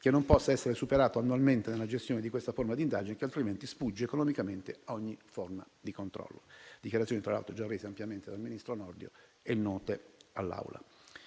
che non possa essere superato annualmente nella gestione di questa forma di indagine, che altrimenti sfugge economicamente a ogni forma di controllo. Sono dichiarazioni, tra l'altro, già rese ampiamente dal ministro Nordio e note all'Assemblea.